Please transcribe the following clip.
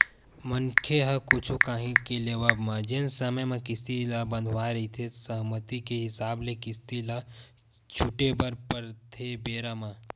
मनखे ह कुछु काही के लेवब म जेन समे म किस्ती ल बंधवाय रहिथे सहमति के हिसाब ले किस्ती ल छूटे बर परथे बेरा म